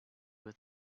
with